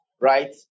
right